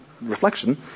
reflection